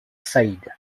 said